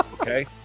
Okay